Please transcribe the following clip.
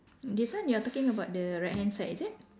this one you are talking about the right hand side is it